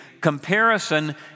comparison